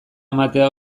ematea